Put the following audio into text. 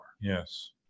Yes